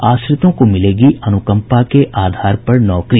आश्रितों को मिलेगी अनुकंपा के आधार पर नौकरी